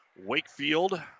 Wakefield